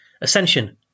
ascension